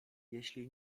jeśli